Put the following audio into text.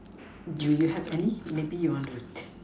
do you have any maybe you want to